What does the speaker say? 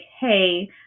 hey